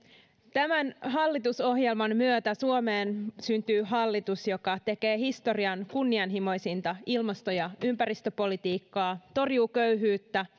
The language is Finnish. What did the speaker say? tämän hallitusohjelman myötä suomeen syntyy hallitus joka tekee historian kunnianhimoisinta ilmasto ja ympäristöpolitiikkaa torjuu köyhyyttä